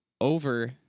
over